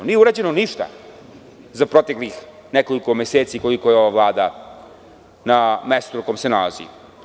Nije urađeno ništa za proteklih nekoliko meseci koliko je ova vlada na mestu na kom se nalazi.